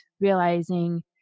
realizing